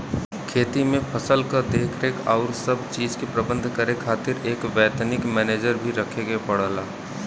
खेती में फसल क देखरेख आउर सब चीज के प्रबंध करे खातिर एक वैतनिक मनेजर भी रखे के पड़ला